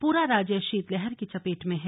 पूरा राज्य शीतलहर की चपेट में है